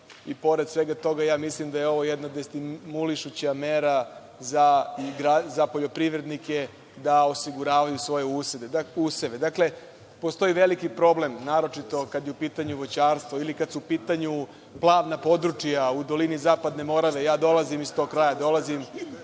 i pored svega toga, ja mislim da je ovo jedna destimulišuća mera za poljoprivrednike da osiguravaju svoje useve. Dakle, postoji veliki problem, naročito kada je u pitanju voćarstvo ili kada su u pitanju plavna područja u dolini Zapadne Morave. Ja dolazim iz tog kraja. Dolazim